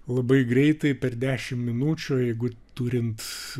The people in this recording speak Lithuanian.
labai greitai per dešimt minučių o jeigu turint